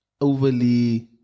overly